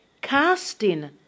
Casting